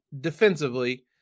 defensively